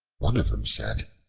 one of them said,